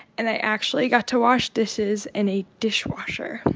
and i actually got to wash dishes in a dishwasher.